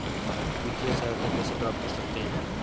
वित्तिय सहायता कैसे प्राप्त कर सकते हैं?